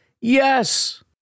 Yes